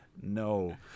No